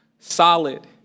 solid